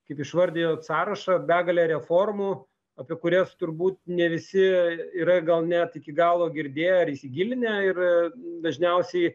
kaip išvardijot sąrašą begalę reformų apie kurias turbūt ne visi yra gal net iki galo girdėję ar įsigilinę ir dažniausiai